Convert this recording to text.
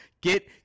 Get